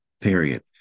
period